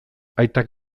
aitak